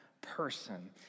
Person